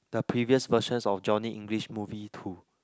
the previous versions of Johnny English movie too